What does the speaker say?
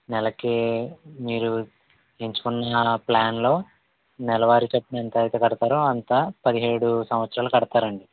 నెలకి మీరు ఎంచుకున్న ప్లాన్లో నెలవారీ చొప్పున ఎంత అయితే కడతారో అంత పదిహేడు సంవత్సరాలు కడతారు అండి